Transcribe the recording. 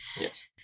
Yes